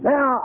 Now